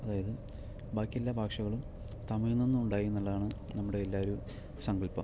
അതായത് ബാക്കി എല്ലാ ഭാഷകളും തമിഴിൽ നിന്നുണ്ടായി എന്നുള്ളതാണ് നമ്മുടെ എല്ലാം ഒരു സങ്കല്പം